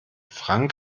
frank